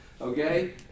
Okay